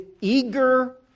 eager